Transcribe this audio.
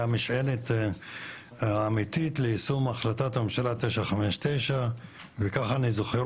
משענת אמיתית ליישום החלטת הממשלה 959 וככה אני זוכר